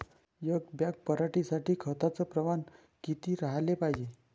एक बॅग पराटी साठी खताचं प्रमान किती राहाले पायजे?